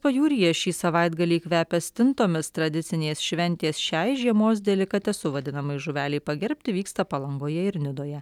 pajūryje šį savaitgalį kvepia stintomis tradicinės šventės šiai žiemos delikatesu vadinamai žuvelei pagerbti vyksta palangoje ir nidoje